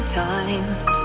times